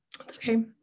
okay